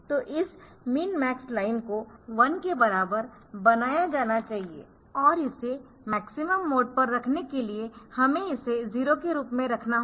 तो इस min max line को 1 के बराबर बनाया जाना चाहिए और इसे मैक्सिमम मोड पर रखने के लिए हमें इसे 0 के रूप में रखना होगा